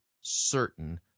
certain